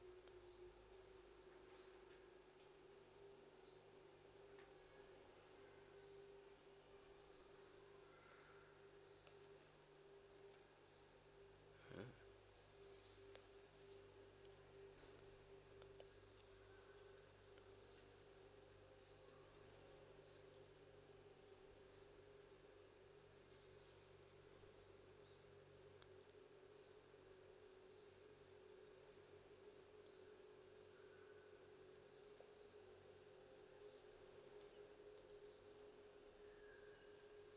mm